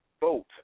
vote